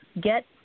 Get